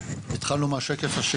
מצגת)